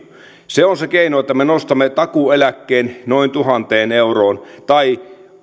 se on se keino että nostamme takuueläkkeen noin tuhanteen euroon tai